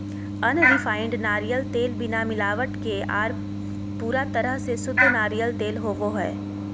unrefined नारियल तेल बिना मिलावट के आर पूरा तरह से शुद्ध नारियल तेल होवो हय